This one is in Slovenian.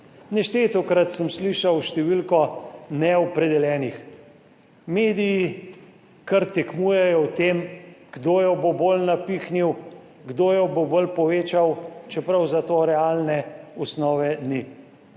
Neštetokrat sem slišal številko neopredeljenih. Mediji kar tekmujejo v tem, kdo jo bo bolj napihnil, kdo jo bo bolj povečal, čeprav za to realne osnove ni.